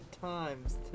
times